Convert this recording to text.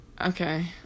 okay